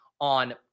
On